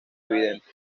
evidentes